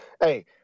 Hey